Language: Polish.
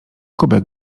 kubek